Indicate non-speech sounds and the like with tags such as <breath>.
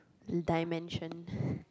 a dimension <breath>